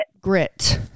grit